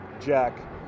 Jack